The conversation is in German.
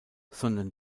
sondern